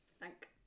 Thank